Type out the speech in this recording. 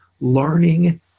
learning